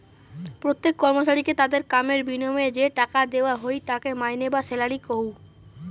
প্রত্যেক কর্মচারীকে তাদের কামের বিনিময়ে যে টাকা দেওয়া হই তাকে মাইনে বা স্যালারি কহু